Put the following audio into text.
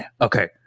okay